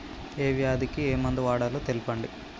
ఏ వ్యాధి కి ఏ మందు వాడాలో తెల్పండి?